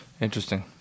Interesting